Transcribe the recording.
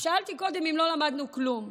שאלתי קודם אם לא למדנו כלום.